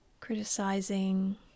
criticizing